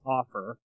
offer